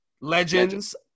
legends